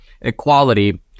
Equality